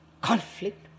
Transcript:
conflict